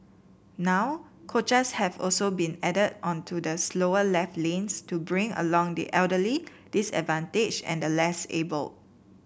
now coaches have also been added on to the slower left lanes to bring along the elderly disadvantaged and less able